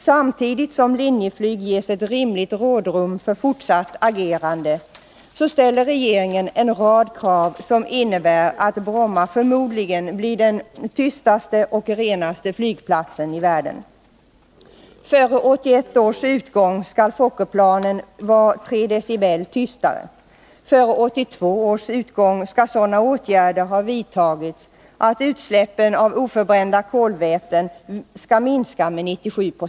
Samtidigt som Linjeflyg ges ett rimligt rådrum för fortsatt agerande, så ställer regeringen en rad krav som innebär att Bromma förmodligen blir den tystaste och renaste flygplatsen i världen. Före 1981 års utgång skall Fokkerplanen vara3 dBA tystare. Före 1982 års utgång skall sådana åtgärder ha vidtagits att utsläppen av oförbrända kolväten skall minska med 97 20.